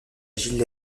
gilles